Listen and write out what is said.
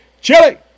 Chili